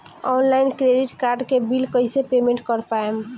Online credit card के bill कइसे payment कर पाएम?